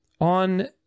On